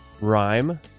rhyme